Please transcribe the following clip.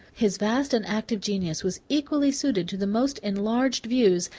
his vast and active genius was equally suited to the most enlarged views,